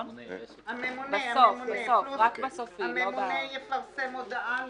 "הממונה יפרסם הודעה לציבור."